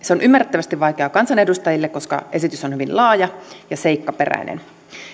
se on ymmärrettävästi vaikeaa kansanedustajille koska esitys on hyvin laaja ja seikkaperäinen